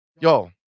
Yo